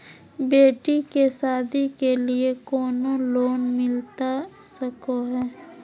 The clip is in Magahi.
बेटी के सादी के लिए कोनो लोन मिलता सको है?